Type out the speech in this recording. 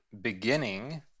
beginning